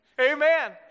Amen